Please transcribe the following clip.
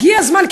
הגיע הזמן,